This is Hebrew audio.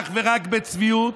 אך ורק בצביעות,